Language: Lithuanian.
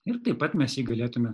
ir taip pat mes jį galėtume